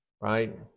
right